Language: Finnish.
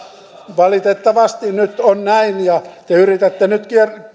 valitettavasti nyt on näin ja te yritätte nyt